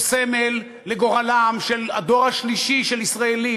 הוא סמל לגורלם של בני הדור השלישי של ישראלים,